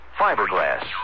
fiberglass